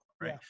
right